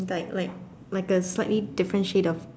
like like like a slightly different shade of